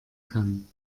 kann